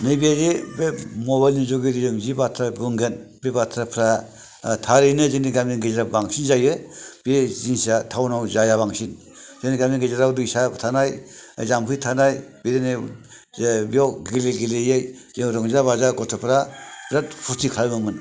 नैबेदि दा मबाइलानि जुग जि बाथ्रा बुंगोन बे बाथ्राफ्रा थारैनो जोंनि गामिनि गेजेराव बांसिन जायो बे जिनिसा टाउनाव जाया बांसिन जोंनि गामिनि गेजेराव दैसा थानाय जामफै थानाय बेयाव गेले गेलेयै जों रंजा बाजा गथ'फ्रा बिराद फुरथि खालामोमोन